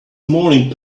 morning